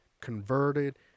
converted